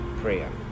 prayer